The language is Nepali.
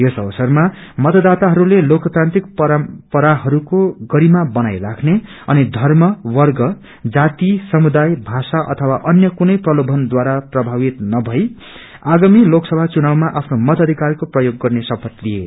यस अवसरमा मतदाताहरूले लोकतान्त्रिक परम्पराहरूको गरिमा बनाई राख्ने अनि धर्म वर्ग जाति समुदाय भाषा अथवा अन्य कुनै प्रलोभनद्वारा प्रभावित नभएर आगामी लोकसभा चुनावमााआफ्नो मताध्कारको प्रयोग गर्ने शपथ लिए